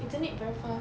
isn't it very far